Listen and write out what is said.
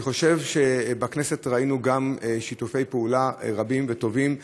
אני חושב שבכנסת ראינו גם שיתופי פעולה רבים וטובים.